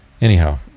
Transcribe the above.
Anyhow